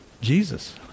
Jesus